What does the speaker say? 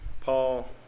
Paul